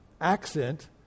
accent